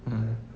mmhmm